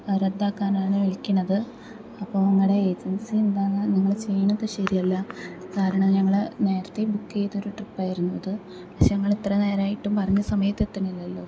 റദ്ദാക്കാനാണ് വിളിക്കുന്നത് അപ്പോൾ നിങ്ങളുടെ ഏജൻസി എന്താണെന്ന് നിങ്ങൾ ചെയ്യുന്നത് ശരിയല്ല കാരണം ഞങ്ങൾ നേരത്തെ ബുക്ക് ചെയ്തൊരു ട്രിപ്പ് ആയിരുന്നു ഇത് പക്ഷേ നിങ്ങൾ ഇത്ര നേരമായിട്ടും പറഞ്ഞ സമയത്ത് എത്തുന്നില്ലല്ലോ